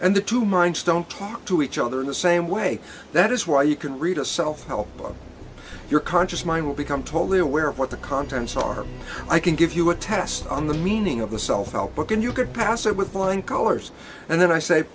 and the two minds don't talk to each other in the same way that is why you can read a self help book your conscious mind will become totally aware of what the contents are i can give you a test on the meaning of the self help book and you could pass it with flying colors and then i say